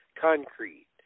concrete